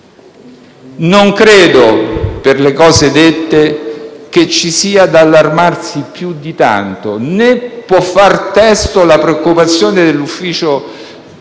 Non credo, per le cose dette, che ci sia da allarmarsi più di tanto, né può far testo la preoccupazione dell'Ufficio parlamentare